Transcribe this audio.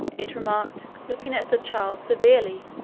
it remarked, looking at the child severely,